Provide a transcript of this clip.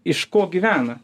iš ko gyvena